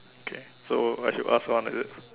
okay so I should ask one is it